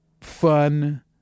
fun